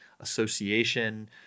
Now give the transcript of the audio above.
Association